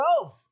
12